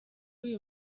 uyu